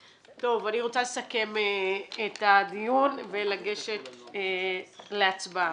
טוב, אני רוצה לסכם את הדיון ולגשת להצבעה.